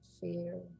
fear